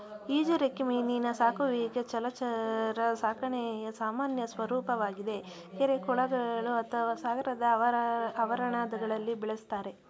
ಈಜುರೆಕ್ಕೆ ಮೀನಿನ ಸಾಕುವಿಕೆ ಜಲಚರ ಸಾಕಣೆಯ ಸಾಮಾನ್ಯ ಸ್ವರೂಪವಾಗಿದೆ ಕೆರೆ ಕೊಳಗಳು ಅಥವಾ ಸಾಗರದ ಆವರಣಗಳಲ್ಲಿ ಬೆಳೆಸ್ತಾರೆ